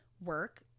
work